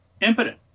impotent